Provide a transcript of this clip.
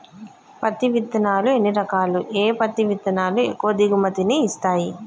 పత్తి విత్తనాలు ఎన్ని రకాలు, ఏ పత్తి విత్తనాలు ఎక్కువ దిగుమతి ని ఇస్తాయి?